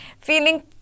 feeling